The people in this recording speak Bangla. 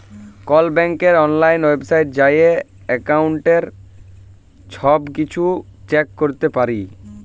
কল ব্যাংকের অললাইল ওয়েবসাইটে যাঁয়ে এক্কাউল্টের ছব কিছু চ্যাক ক্যরতে পারি